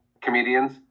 comedians